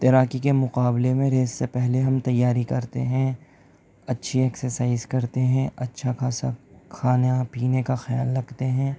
تیراکی کے مقابلے میں ریس سے پہلے ہم تیاری کرتے ہیں اچھی ایکسرسائز کرتے ہیں اچھا خاصا کھانا اور پینے کا خیال رکھتے ہیں